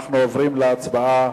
אנחנו עוברים להצבעה.